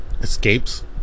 escapes